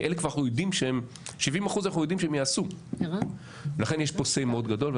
כי 70% אנחנו יודעים שיעשו לכן יש פה say גדול מאוד,